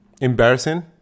embarrassing